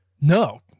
No